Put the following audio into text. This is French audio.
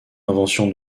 invention